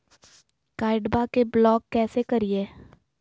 कार्डबा के ब्लॉक कैसे करिए?